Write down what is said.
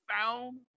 found